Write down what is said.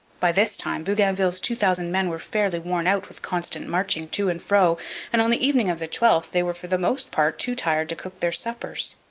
by this time bougainville's two thousand men were fairly worn out with constant marching to and fro and on the evening of the twelfth they were for the most part too tired to cook their suppers.